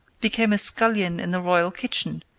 became a scullion in the royal kitchen,